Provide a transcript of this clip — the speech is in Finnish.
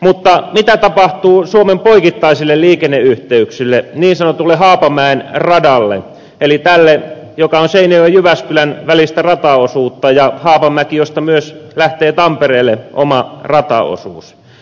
mutta mitä tapahtuu suomen poikittaisille liikenneyhteyksille niin sanotulle haapamäen radalle eli sille joka on seinäjoenjyväskylän välistä rataosuutta ja myös haapamäeltä tampereelle lähtevälle omalle rataosuudelle